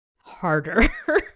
harder